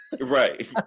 Right